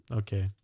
okay